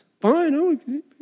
Fine